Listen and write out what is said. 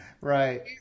Right